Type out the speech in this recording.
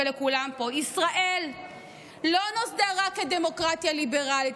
ולכולם פה: ישראל לא נוסדה רק כדמוקרטיה ליברלית,